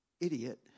idiot